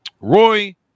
Roy